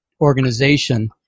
organization